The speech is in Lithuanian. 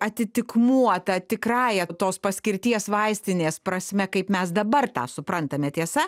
atitikmuo ta tikrąja tos paskirties vaistinės prasme kaip mes dabar tą suprantame tiesa